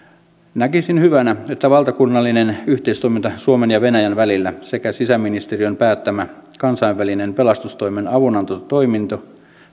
näkisin hyvänä että valtakunnallinen yhteistoiminta suomen ja venäjän välillä sekä sisäministeriön päättämä kansainvälinen pelastustoimen avunantotoiminta